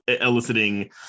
eliciting